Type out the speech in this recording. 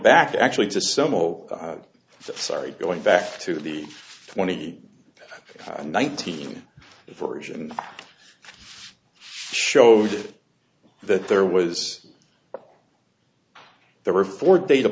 back actually to similar sorry going back to the twenty nineteen version showed that there was there were four data